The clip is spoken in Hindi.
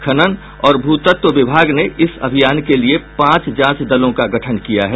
खनन और भू तत्व विभाग ने इस अभियान के लिये पांच जांच दलों का गठन किया है